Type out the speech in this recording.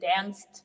danced